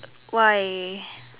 why